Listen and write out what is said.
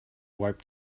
wipe